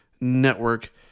network